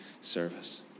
service